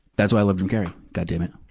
that's why i love jim carrey, goddamn it!